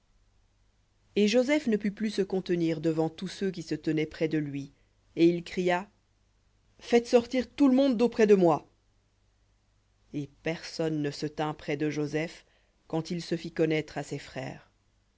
et joseph ne put plus se contenir devant tous ceux qui se tenaient près de lui et il cria faites sortir tout le monde d'auprès de moi et personne ne se tint près de joseph quand il se fit connaître à ses frères